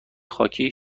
خاکی